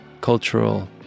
cultural